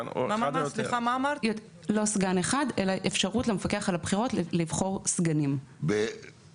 לא סגן אחד אלא אפשרות למפקח על הבחירות לבחור סגנים ברבים.